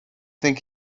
think